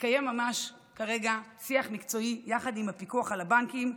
מתקיים ממש כרגע שיח מקצועי יחד עם הפיקוח על הבנקים.